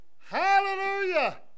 Hallelujah